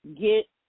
Get